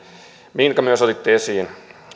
minkä myös otitte esiin